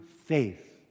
faith